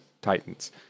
Titans